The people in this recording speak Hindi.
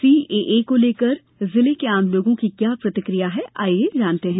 सीएए को लेकर जिले के आम लोगों की क्या प्रतिक्रिया है आइए जानते हैं